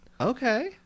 Okay